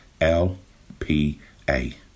L-P-A